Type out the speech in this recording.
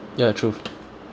ya true